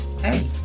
hey